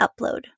upload